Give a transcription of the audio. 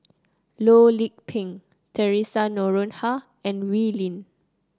Loh Lik Peng Theresa Noronha and Wee Lin